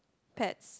pets